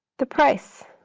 the price.